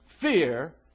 Fear